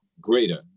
greater